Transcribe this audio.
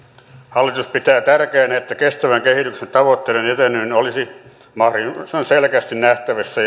hallitus pitää tärkeänä että kestävän kehityksen tavoitteiden eteneminen olisi mahdollisimman selkeästi nähtävissä